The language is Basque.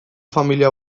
familia